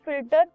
filter